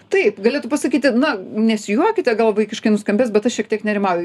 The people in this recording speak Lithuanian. taip galėtų pasakyti na nesijuokite gal vaikiškai nuskambės bet aš šiek tiek nerimauju